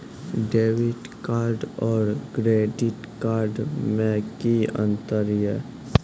Debit card और credit card मे कि अंतर या?